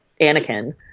Anakin